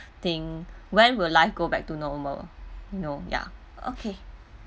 thing when will life go back to normal you know ya okay